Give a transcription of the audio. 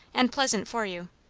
and pleasant for you.